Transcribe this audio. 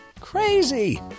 Crazy